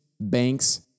banks